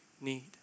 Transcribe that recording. need